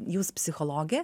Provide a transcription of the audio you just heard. jūs psichologė